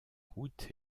route